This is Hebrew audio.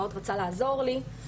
שמאוד רצה לעזור לי,